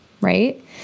Right